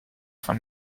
fin